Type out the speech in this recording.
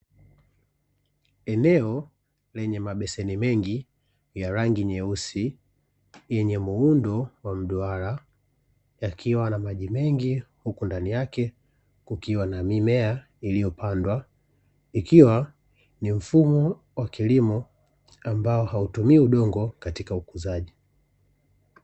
Eneo lenye mabeseni mengi ya rangi nyeusi yenye muundo wa mduara, yakiwa na maji mengi huku ndani yake; kukiwa na mimea iliyopandwa ikiwa ni mfumo wa kilimo ambao hautumii udongo katika ukuzaji.